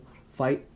fight